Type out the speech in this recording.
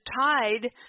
tied